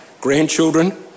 grandchildren